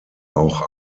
auch